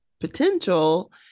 potential